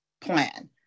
plan